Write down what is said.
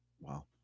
Wow